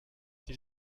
die